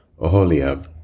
Oholiab